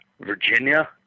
Virginia